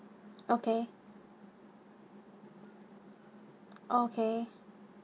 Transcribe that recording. okay okay